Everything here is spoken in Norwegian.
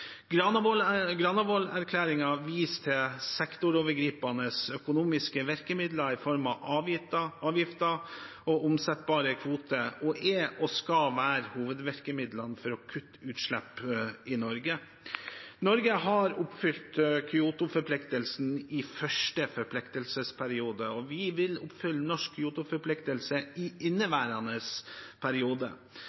viser til sektorovergripende økonomiske virkemidler i form av avgifter og omsettelige kvoter og er – og skal være – hovedvirkemidlene for å kutte utslipp i Norge. Norge har oppfylt Kyoto-forpliktelsen i første forpliktelsesperiode, og vi vil oppfylle norsk Kyoto-forpliktelse i